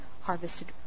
harvested